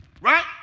Right